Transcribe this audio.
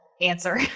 answer